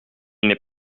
n’est